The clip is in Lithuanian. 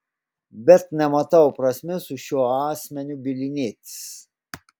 bet nematau prasmės su šiuo asmeniu bylinėtis